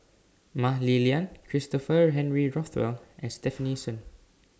Mah Li Lian Christopher Henry Rothwell and Stefanie Sun